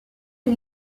une